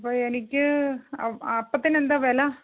അപ്പോൾ എനിക്ക് അപ്പത്തിന് എന്താ വില